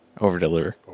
Over-deliver